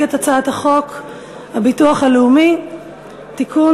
את הצעת חוק הביטוח הלאומי (תיקון,